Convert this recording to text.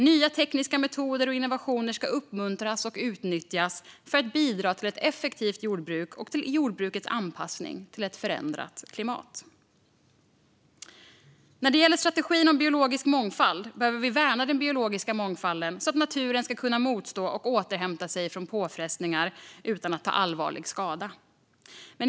Nya tekniska metoder och innovationer ska uppmuntras och utnyttjas för att bidra till ett effektivt jordbruk och till jordbrukets anpassning till ett förändrat klimat. När det gäller strategin om biologisk mångfald behöver vi värna den biologiska mångfalden, så att naturen ska kunna motstå och återhämta sig från påfrestningar utan att ta allvarlig skada.